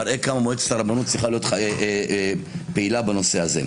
זה מראה כמה מועצת הרבנות צריכה להיות פעילה בנושא הזה.